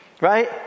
right